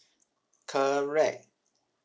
correct